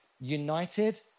united